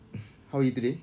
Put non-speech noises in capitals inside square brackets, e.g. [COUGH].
[NOISE] how are you today